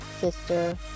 sister